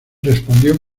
respondió